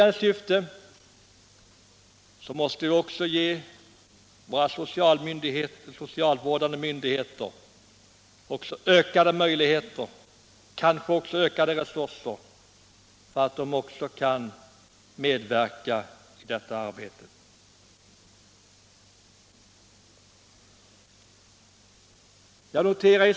De socialvårdande myndigheterna måste också få ökade möjligheter och kanske ökade resurser för att kunna medverka i förebyggande syfte.